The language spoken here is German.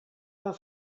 war